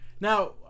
Now